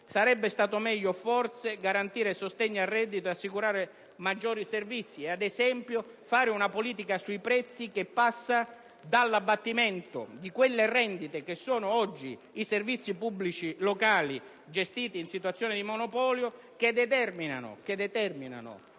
Sarebbe stato meglio forse garantire sostegni al reddito e assicurare maggiori servizi, compresa una politica sui prezzi che passi dall'abbattimento di quelle rendite che sono oggi i servizi pubblici locali, gestiti in situazione di monopolio, che determinano